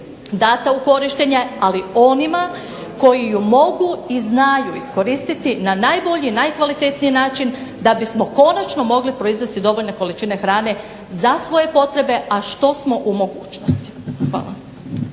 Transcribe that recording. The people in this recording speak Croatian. dana u korištenje ali onima koji ju mogu i znaju iskoristiti na najbolji, najkvalitetniji način da bismo konačno mogli proizvesti dovoljne količine hrane za svoje potrebe, a što smo u mogućnosti.